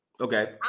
Okay